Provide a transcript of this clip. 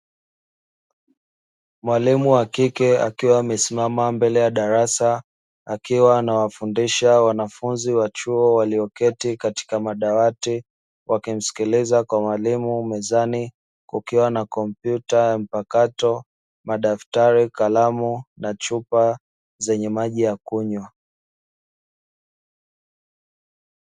Mwalimu wa kike akiwa amesimama mbele ya darasa, akiwa anawafundisha wanafunzi wa chuo walioketi katika madawati, wakimsikiliza mwalimu. Mezani kukiwa na kompyuta mpakato, madaftari, kalamu na chupa zenye maji ya kunywa.